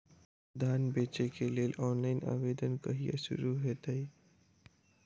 धान बेचै केँ लेल ऑनलाइन आवेदन कहिया शुरू हेतइ?